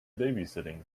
babysitting